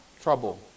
trouble